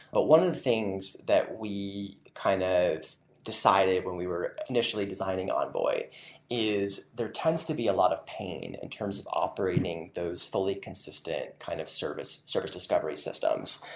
but things that we kind of decided when we were initially designing envoy is there tends to be a lot of pain in terms of operating those fully consistent kind of service service discovery systems,